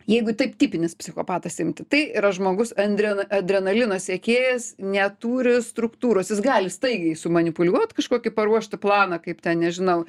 jeigu taip tipinis psichopatas imti tai yra žmogus andrian adrenalino siekėjas neturi struktūros jis gali staigiai sumanipuliuot kažkokį paruoštą planą kaip ten nežinau